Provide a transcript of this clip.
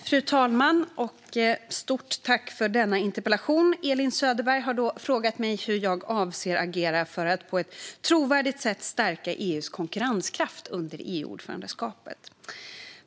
Fru talman! Elin Söderberg har frågat mig hur jag avser agera för att på ett trovärdigt sätt stärka EU:s konkurrenskraft under EU-ordförandeskapet.